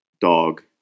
Dog